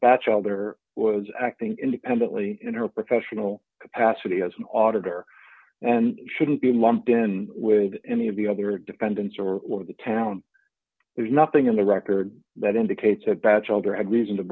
batchelder was acting independently in her professional capacity as an auditor and shouldn't be lumped in with any of the other defendants or the town there's nothing in the record that indicates a bad child or had reason to